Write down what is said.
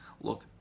look